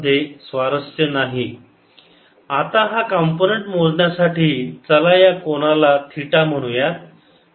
daE 14π0 q ks2v2t2 आता हा component मोजण्यासाठी चला या कोनाला थिटा म्हणूयात